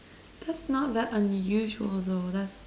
that's not that unusual though that's